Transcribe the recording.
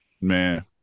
Man